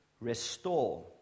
Restore